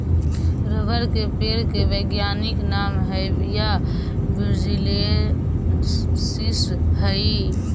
rubber के पेड़ के वैज्ञानिक नाम हैविया ब्रिजीलिएन्सिस हइ